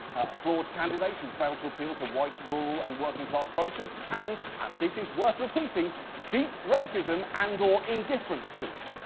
a flawed candidate who failed to appeal to white rural and working-class voters, and and this is worth repeating deep racism and or indifference to it.